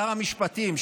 שר המשפטים,